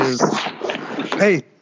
hey